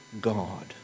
God